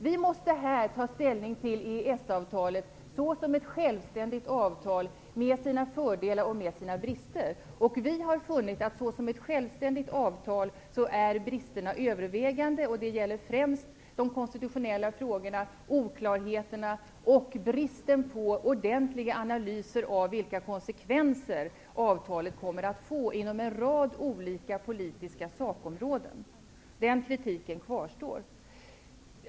Vi måste här ta ställning till EES-avtalet såsom ett självständigt avtal med sina fördelar och med sina brister. Vi har funnit att hos EES-avtalet såsom ett självständigt avtal är bristerna övervägande. Det gäller främst de konstitutionella frågorna, oklarheterna och bristen på ordentliga analyser av vilka konsekvenser avtalet kommer att få inom en rad olika politiska sakområden. Den kritiken kvarstår.